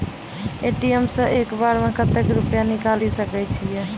ATM सऽ एक बार म कत्तेक रुपिया निकालि सकै छियै?